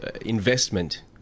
investment